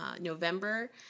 November